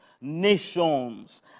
nations